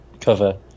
cover